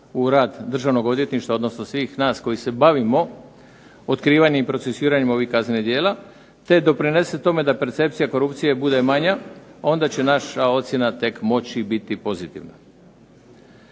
u rad državnog odvjetništva, odnosno svih nas koji se bavimo otkrivanjem i procesuiranjem ovih kaznenih djela, te doprinese tome da percepcija korupcije bude manja, onda će naša ocjena tek moći biti pozitivna.